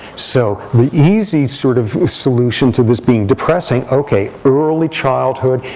so the easy sort of solution to this being depressing ok, early childhood,